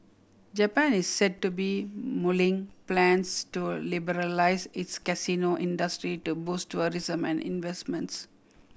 Japan is said to be mulling plans to liberalise its casino industry to boost tourism and investments